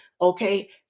okay